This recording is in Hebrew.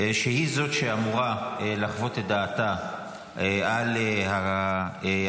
שהיא זאת שאמורה לחוות את דעתה אם אפשר